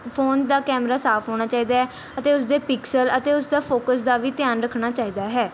phone ਦਾ camera ਸਾਫ ਹੋਣਾ ਚਾਹੀਦਾ ਅਤੇ ਉਸਦੇ ਪਿਕਸਲ ਅਤੇ ਉਸਦਾ ਫੋਕੱਸ ਦਾ ਵੀ ਧਿਆਨ ਰੱਖਣਾ ਚਾਹੀਦਾ ਹੈ